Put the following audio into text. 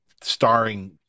starring